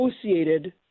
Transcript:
associated